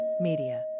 media